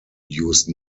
use